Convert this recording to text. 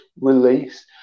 release